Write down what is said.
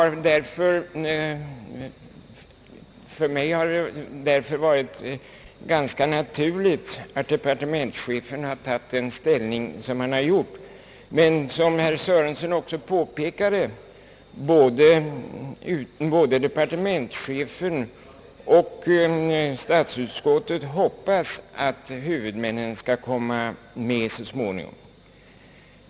För mig har det därför varit ganska naturligt att departementschefen har intagit den ställning som han har gjort. Men som herr Sörenson också påpekade hoppas både departementschefen och statsutskottet att huvudmännen skall komma med så småningom.